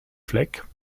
fleck